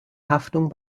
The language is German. haftung